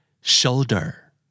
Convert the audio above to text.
Shoulder